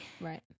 Right